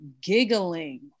giggling